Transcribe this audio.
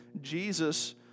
Jesus